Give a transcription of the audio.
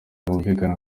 bumvikana